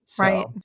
Right